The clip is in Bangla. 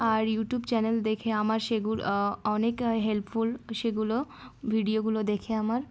আর ইউটিউব চ্যানেল দেখে আমার সেগুলো অনেক হেল্পফুল সেগুলো ভিডিওগুলো দেখে আমার